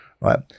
right